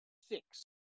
six